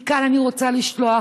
מכאן אני רוצה לשלוח,